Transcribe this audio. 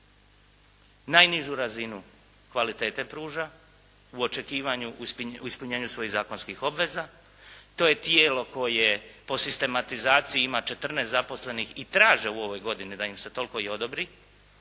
najnižu razinu kvalitete pruža, u očekivanju u ispunjenju svojih zakonskih obveza. To je tijelo koje po sistematizaciji ima 14 zaposlenih i traže u ovoj godini da im se toliko i odobri,